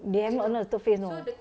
they have not honest two phase you know